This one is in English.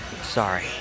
Sorry